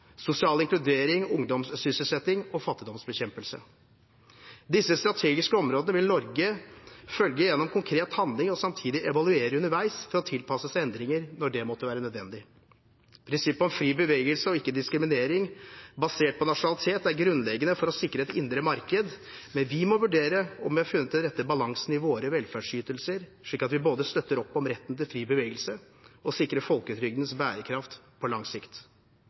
sosial inkludering, ungdomssysselsetting og fattigdomsbekjempelse. Disse strategiske områdene vil Norge følge gjennom konkret handling og samtidig evaluere underveis for å tilpasse seg endringer når det måtte være nødvendig. Prinsippet om fri bevegelse og ikke diskriminering basert på nasjonalitet er grunnleggende for å sikre et indre marked, men vi må vurdere om vi har funnet den rette balansen i våre velferdsytelser, slik at vi både støtter opp om retten til fri bevegelse og sikrer folketrygdens bærekraft på lang sikt.